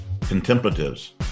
contemplatives